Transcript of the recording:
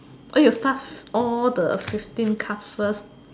or you start all the fifteen card first